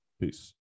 Peace